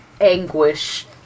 anguish